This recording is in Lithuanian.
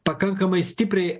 pakankamai stipriai